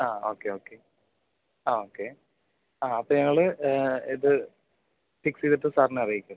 ആ okay okay ആ okay ആ അപ്പം ഞങ്ങൾ ഇത് ഫിക്സ് ചെയ്തിട്ട് സാറിനെ അറിയിക്കാം